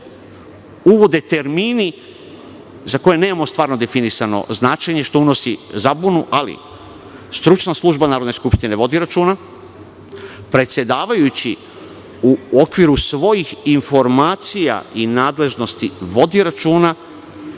uvode termini za koje nemamo definisano značenje, a to unosi zabunu. Stručna služba Narodne skupštine vodi računa, predsedavajući u okviru svojih informacija i nadležnosti vodi računa.